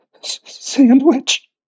Sandwich